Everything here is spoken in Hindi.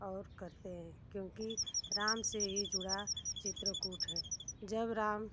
और करते हैं क्योंकि राम से ही जुड़ा चित्रकूट है जब राम